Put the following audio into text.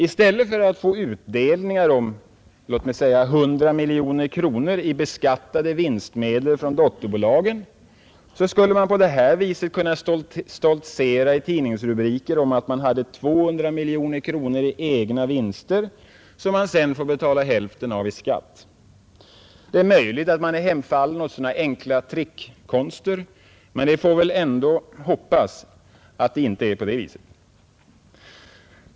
I stället för att få utdelningar om låt mig säga 100 miljoner kronor i beskattade vinstmedel från dotterbolagen skulle man på detta sätt kunna stoltsera i tidningsrubriker med att man hade 200 miljoner kronor i egna vinster, som man sedan får betala hälften av i skatt. Det är möjligt att man är hemfallen åt så enkla trick-konster, men vi får väl ändå hoppas att det inte förhåller sig på det viset.